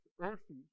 earthy